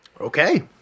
Okay